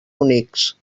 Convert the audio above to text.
unix